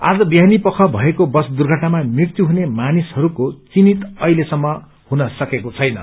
आज बिहानीपख भएको बस दुर्घटनामा मृत्यु हुने मानिसहरूको विन्हित अहिलेसम्म हुन सकेको छैन